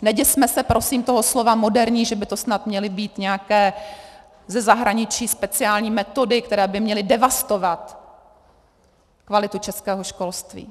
Neděsme se prosím toho slova moderní, že by to snad měly být nějaké ze zahraničí speciální metody, které by měly devastovat kvalitu českého školství.